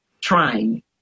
trying